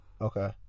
Okay